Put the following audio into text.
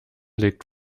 legt